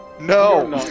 No